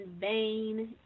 vain